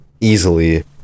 easily